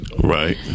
right